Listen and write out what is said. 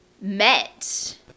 met